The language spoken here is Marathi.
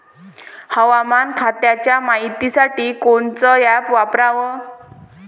हवामान खात्याच्या मायतीसाठी कोनचं ॲप वापराव?